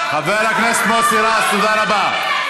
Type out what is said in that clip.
חבר הכנסת מוסי רז, תודה רבה.